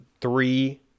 three